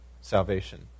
salvation